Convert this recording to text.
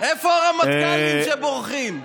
איפה הרמטכ"לים שבורחים?